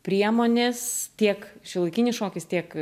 priemonės tiek šiuolaikinis šokis tiek